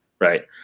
right